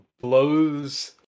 blows